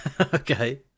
Okay